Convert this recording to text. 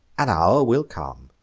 an hour will come,